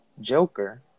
Joker